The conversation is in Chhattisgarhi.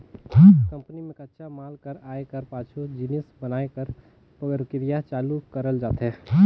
कंपनी में कच्चा माल कर आए कर पाछू जिनिस बनाए कर परकिरिया चालू करल जाथे